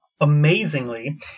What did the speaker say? amazingly